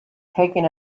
taken